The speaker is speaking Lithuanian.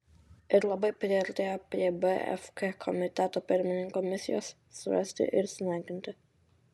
ir labai priartėjo prie bfk komiteto pirmininko misijos surasti ir sunaikinti